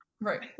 Right